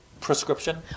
prescription